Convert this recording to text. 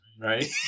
Right